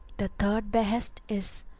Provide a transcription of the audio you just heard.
the third behest is,